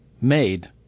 made